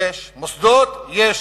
יש, מוסדות, יש,